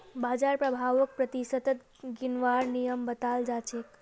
बाजार प्रभाउक प्रतिशतत गिनवार नियम बताल जा छेक